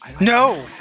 No